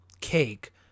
cake